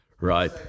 Right